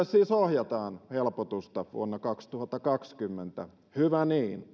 siis ohjataan helpotusta vuonna kaksituhattakaksikymmentä hyvä niin